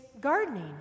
gardening